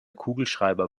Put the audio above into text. kugelschreiber